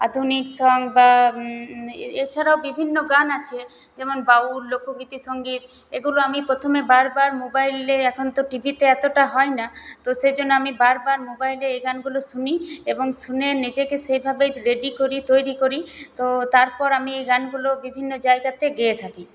আধুনিক সং বা এ এছাড়াও বিভিন্ন গান আছে যেমন বাউল লোকগীতি সঙ্গীত এগুলো আমি প্রথমে বারবার মোবাইলে এখন তো টিভিতে এতটা হয় না তো সে জন্য আমি বারবার মোবাইলে এ গানগুলো শুনি এবং শুনে নিজেকে সেভাবে রেডি করি তৈরি করি তো তারপর আমি এই গানগুলো বিভিন্ন জায়গাতে গেয়ে থাকি